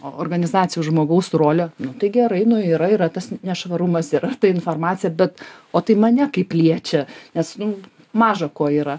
organizacijos žmogaus rolė nu tai gerai nu yra yra tas nešvarumas yra ta informacija bet o tai mane kaip liečia nes nu maža ko yra